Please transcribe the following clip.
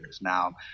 now